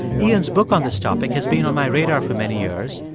iain's book on this topic has been on my radar for many years.